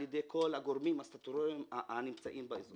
על ידי כל הגורמים הסטטוטוריים הנמצאים באזור.